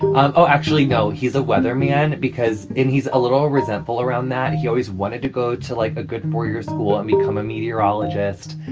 um oh, actually, no. he's a weatherman because and he's a little resentful around that. he always wanted to go to, like, a good four-year school and become a meteorologist